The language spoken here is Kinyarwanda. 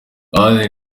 anne